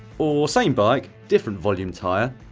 or, same bike, different volume tyre,